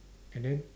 and then